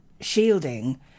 shielding